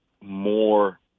more